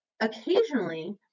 occasionally